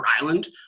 Island